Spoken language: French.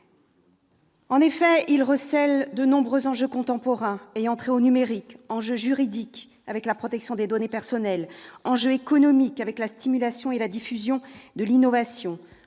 en effet de nombreux enjeux contemporains ayant trait au numérique : enjeux juridiques, avec la protection des données personnelles ; enjeux économiques, avec la stimulation et la diffusion de l'innovation